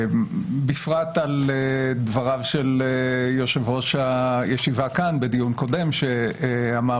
בפרט על דבריו של יושב-ראש הישיבה כאן בדיון קודם שאמר